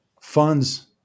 funds